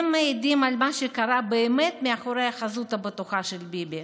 הם מעידים על מה שקרה באמת מאחורי החזות הבטוחה של ביבי.